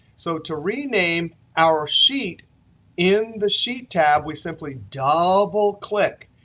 so to rename our sheet in the sheet tab, we simply double click.